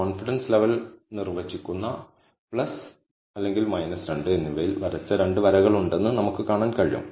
confidence level നിർവചിക്കുന്ന 2 എന്നിവയിൽ വരച്ച രണ്ട് വരകൾ ഉണ്ടെന്ന് നമുക്ക് കാണാൻ കഴിയും